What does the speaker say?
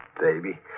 baby